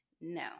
no